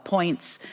points.